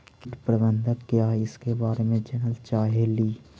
कीट प्रबनदक क्या है ईसके बारे मे जनल चाहेली?